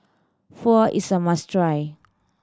pho is a must try